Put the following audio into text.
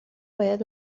باید